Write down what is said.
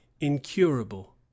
incurable